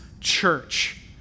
church